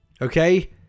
Okay